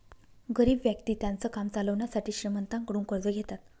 गरीब व्यक्ति त्यांचं काम चालवण्यासाठी श्रीमंतांकडून कर्ज घेतात